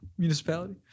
Municipality